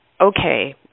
okay